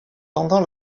pendant